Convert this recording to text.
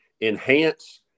enhance